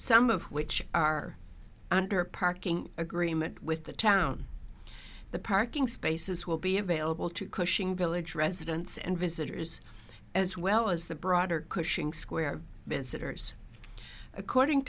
some of which are under a parking agreement with the town the parking spaces will be available to cushing village residents and visitors as well as the broader cushing square visitors according